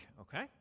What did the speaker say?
Okay